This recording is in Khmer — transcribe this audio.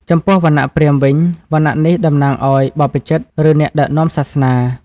ចំពោះវណ្ណៈព្រាហ្មណ៍វិញ វណ្ណៈនេះតំណាងឲ្យបព្វជិត ឬអ្នកដឹកនាំសាសនា។